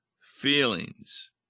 feelings